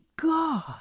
God